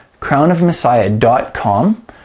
crownofmessiah.com